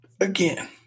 Again